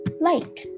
light